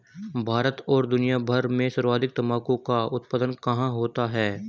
भारत और दुनिया भर में सर्वाधिक तंबाकू का उत्पादन कहां होता है?